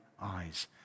eyes